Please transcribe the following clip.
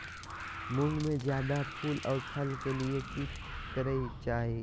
मुंग में जायदा फूल और फल के लिए की करल जाय?